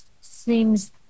seems